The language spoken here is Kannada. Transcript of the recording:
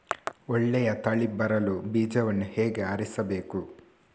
ಒಳ್ಳೆಯ ತಳಿ ಬರಲು ಬೀಜವನ್ನು ಹೇಗೆ ಆರಿಸಬೇಕು?